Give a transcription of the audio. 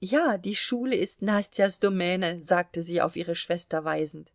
ja die schule ist nastjas domäne sagte sie auf ihre schwester weisend